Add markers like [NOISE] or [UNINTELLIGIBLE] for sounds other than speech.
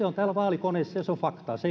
[UNINTELLIGIBLE] on täällä vaalikoneessa ja se on faktaa se [UNINTELLIGIBLE]